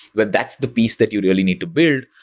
but that's the beast that you really need to build,